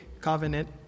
covenant